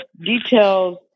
details